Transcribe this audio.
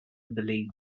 believe